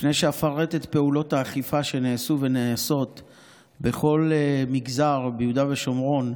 לפני שאפרט את פעולות האכיפה שנעשו ונעשות בכל מגזר ביהודה ושומרון,